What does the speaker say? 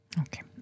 Okay